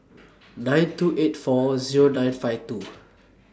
nine two eight four Zero nine five two